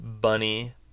Bunny